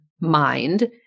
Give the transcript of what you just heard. mind